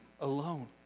alone